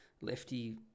lefty